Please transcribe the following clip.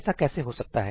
ऐसा कैसे हो सकता है